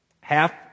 Half